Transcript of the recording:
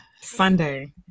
sunday